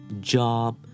job